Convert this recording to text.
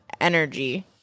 energy